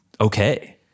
okay